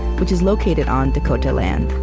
which is located on dakota land.